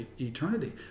eternity